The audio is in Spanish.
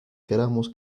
queramos